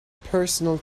personal